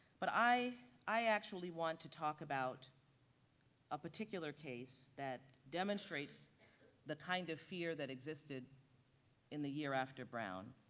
but i i actually want to talk about a particular case that demonstrates the kind of fear that existed in the year after brown.